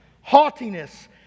haughtiness